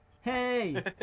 Hey